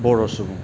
बर' सुबुं